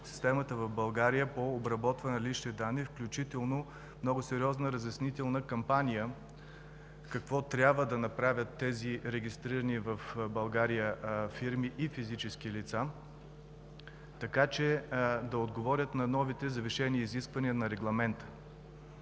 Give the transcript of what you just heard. системата по обработване на личните данни в България, включително много сериозна разяснителна кампания какво трябва да направят регистрираните в България фирми и физически лица, така че да отговарят на новите завишени изисквания на Регламента.